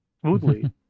smoothly